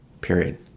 period